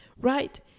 right